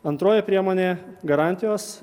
antroji priemonė garantijos